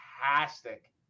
fantastic